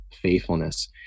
faithfulness